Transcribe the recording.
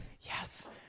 Yes